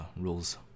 rules